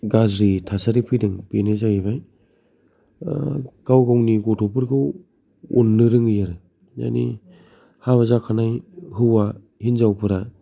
गाज्रि थासारि फैदों बेनो जाहैबाय गाव गावनि गथ'फोरखौ अननो रोङै आरो माने हाबा जाखानाय हौवा हिनजावफोरा